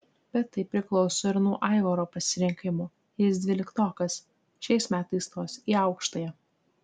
bet tai priklauso ir nuo aivaro pasirinkimo jis dvyliktokas šiais metais stos į aukštąją